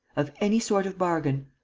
of any sort of bargain.